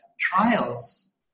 trials